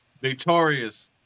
victorious